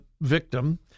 victim